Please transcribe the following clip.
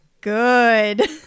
good